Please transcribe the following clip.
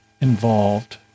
involved